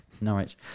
Norwich